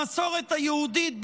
המסורת היהודית,